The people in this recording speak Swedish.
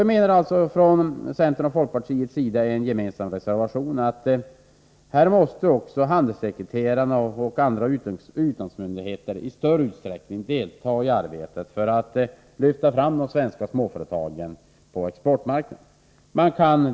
Vi menar alltså från centerns och folkpartiets sida i en gemensam reservation att här måste handelssekreterarna och utlandsmyndigheterna i större utsträckning delta i arbetet för att lyfta fram de svenska småföretagen på exportmarknader.